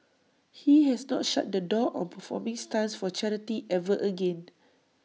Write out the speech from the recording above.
he has not shut the door on performing stunts for charity ever again